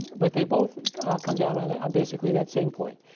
but they both come down on ah basically that same point,